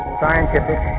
scientific